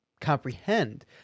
comprehend